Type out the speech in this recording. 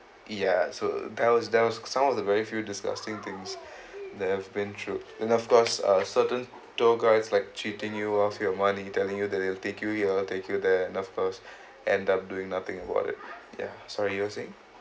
ya so that was that was some of the very few disgusting things that I have been through then of course uh certain tour guides like cheating you of your money you telling you that he'll take you here take you there then of course and um doing nothing about it ya sorry you were saying